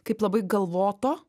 kaip labai galvoto